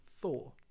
Thor